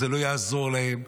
זה לא יעזור להם.